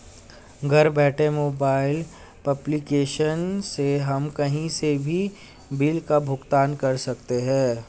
घर बैठे mobile application से हम कही से भी बिल का भुगतान कर सकते है